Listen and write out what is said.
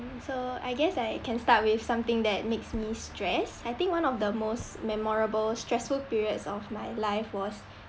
so I guess I can start with something that makes me stressed I think one of the most memorable stressful periods of my life was